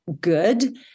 good